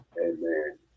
Amen